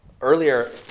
earlier